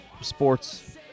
sports